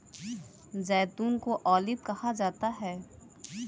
जैतून को ऑलिव कहा जाता है